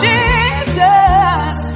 Jesus